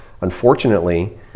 unfortunately